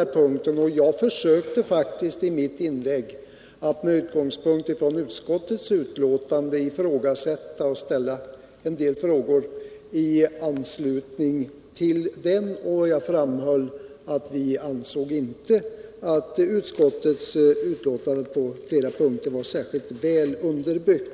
mitt inlägg försökte jag faktiskt med utgångspunkt i utskottsbetänkandet ställa vissa frågor. Jag framhöll att vi ansåg att utskottets betänkande på flera punkter inte varit särskilt väl underbyggt.